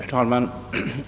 Herr talman!